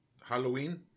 halloween